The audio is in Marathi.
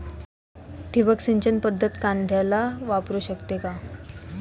ठिबक सिंचन पद्धत कांद्याला वापरू शकते का?